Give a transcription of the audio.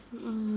mm